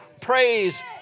praise